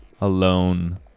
alone